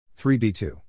3b2